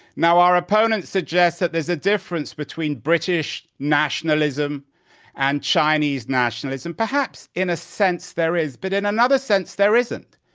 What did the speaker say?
now our opponents suggest that there's a difference between british nationalism and chinese nationalism. perhaps in a sense there is, but in another sense there isn't.